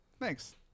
Thanks